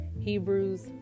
Hebrews